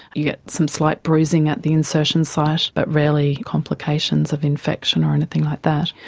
you get some slight bruising at the insertion sight but rarely complications of infection or anything like that.